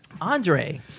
Andre